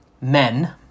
men